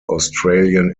australian